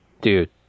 Dude